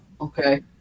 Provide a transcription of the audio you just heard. okay